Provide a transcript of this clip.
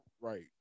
Right